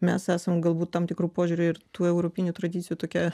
mes esam galbūt tam tikru požiūriu ir tų europinių tradicijų tokia